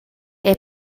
era